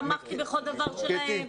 תמכתי בכל דבר שלהם,